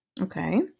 Okay